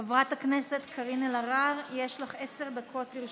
חברת הכנסת קארין אלהרר, יש לך עשר דקות לרשותך.